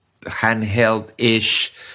handheld-ish